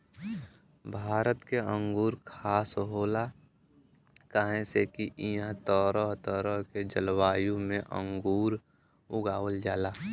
भारत के अंगूर खास होला काहे से की इहां तरह तरह के जलवायु में अंगूर उगावल जाला